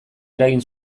eragin